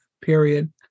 period